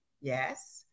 Yes